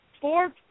four